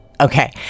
Okay